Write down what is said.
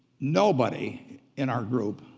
nobody in our group